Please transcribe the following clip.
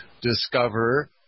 discover